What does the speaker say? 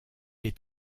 est